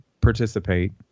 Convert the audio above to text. participate